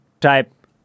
type